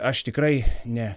aš tikrai ne